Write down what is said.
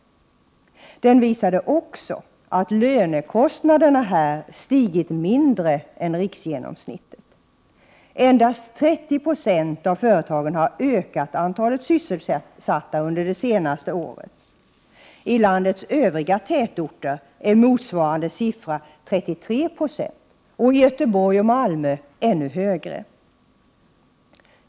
Den visade också att lönekostnaderna här stigit mindre än riksgenomsnittet. Endast 30 96 av företagen har ökat antalet sysselsatta under det senaste året. I landets övriga tätorter är motsvarande siffra 33 20 och i Göteborg och Malmö ännu högre.